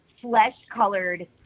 flesh-colored